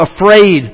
afraid